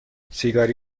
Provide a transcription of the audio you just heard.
سیگاری